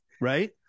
right